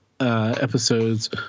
Episodes